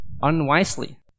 unwisely